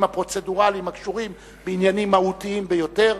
הפרוצדורליים הקשורים בעניינים מהותיים ביותר,